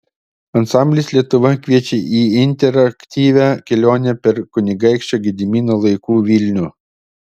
ansamblis lietuva kviečia į interaktyvią kelionę per kunigaikščio gedimino laikų vilnių